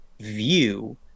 view